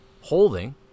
holding